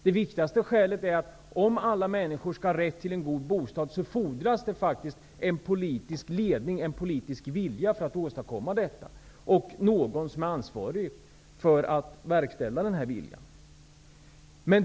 Det viktigaste skälet är att det faktiskt, om alla människor skall ha rätt till en god bostad, fordras en politisk ledning, en politisk vilja, och någon som är ansvarig för att verkställa den viljan.